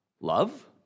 love